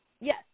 Yes